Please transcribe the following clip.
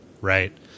Right